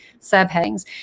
subheadings